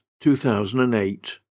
2008